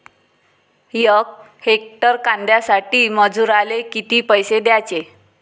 यक हेक्टर कांद्यासाठी मजूराले किती पैसे द्याचे?